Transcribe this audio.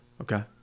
Okay